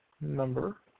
number